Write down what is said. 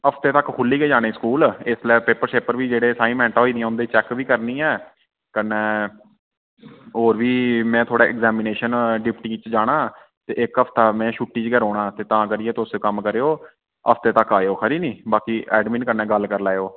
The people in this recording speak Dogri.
हफ्ते तक खुल्ली गै जाने न स्कूल इसलै पेपर शेपर बी न जेह्ड़े असाइनमेंटा होई दियां उंदे चेक बी करनी ऐ कन्नै होर बी में थोह्ड़े ऐग्जीमिनेशन डिप्टी च जाना ते इक हफ्ता में छुट्टी च गै रौह्ना ते तां करियै हफ्ते तक आएयो खरी नि बाकी ऐडमिन कन्नै गल्ल करी लैएयो